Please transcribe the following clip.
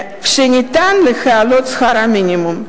כשניתן להעלות את שכר המינימום?